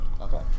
Okay